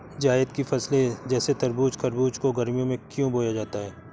जायद की फसले जैसे तरबूज़ खरबूज को गर्मियों में क्यो बोया जाता है?